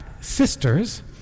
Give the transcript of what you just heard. sisters